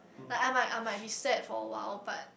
like I might I might be sad for awhile but